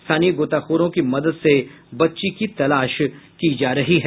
स्थानीय गोताखोरों की मदद से बच्ची की तलाश की जा रही है